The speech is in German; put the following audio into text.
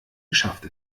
geschafft